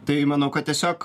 tai manau kad tiesiog